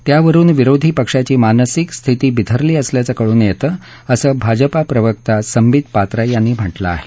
त्यावरुन विरोधी पक्षाची मानसिक स्थिती बिथरली यांनी सीबीआयच्या असल्याचं कळून येतं असं भाजपा प्रवक्ता संभीत पात्रा यांनी म्हटलं आहे